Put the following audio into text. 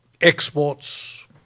exports